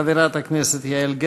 חברת הכנסת יעל גרמן,